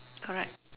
correct